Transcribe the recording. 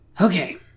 Okay